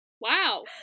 Wow